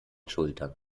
schultern